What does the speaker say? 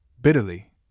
bitterly